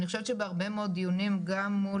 אני חושבת שבהרבה מאוד דיונים גם מול